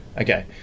Okay